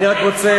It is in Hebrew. אני רק רוצה,